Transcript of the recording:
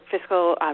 fiscal